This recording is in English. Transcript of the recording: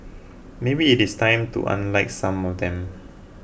maybe it is time to unlike some of them